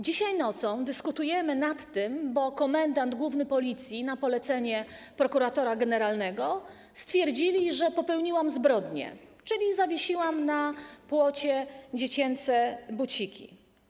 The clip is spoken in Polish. Dzisiaj nocą dyskutujemy nad tym, bo komendant główny Policji na polecenie prokuratora generalnego stwierdził, że popełniłam zbrodnię, czyli zawiesiłam na płocie dziecięce buciki.